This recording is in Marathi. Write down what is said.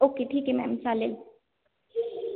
ओके ठीक आहे मॅम चालेल